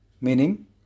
Meaning